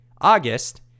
August